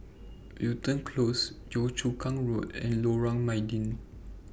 Wilton Close Yio Chu Kang Road and Lorong Mydin